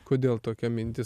kodėl tokia mintis